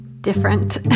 different